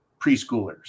preschoolers